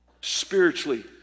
spiritually